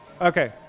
okay